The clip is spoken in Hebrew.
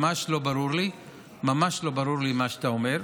ממש לא ברור לי מה שאתה אומר.